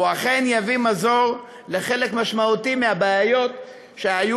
ויביא מזור בחלק משמעותי מהבעיות שהיו